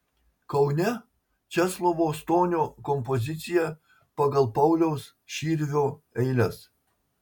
kaune česlovo stonio kompozicija pagal pauliaus širvio eiles